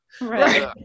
Right